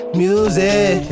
music